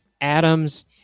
adams